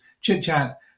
chit-chat